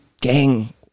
Gang